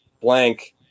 blank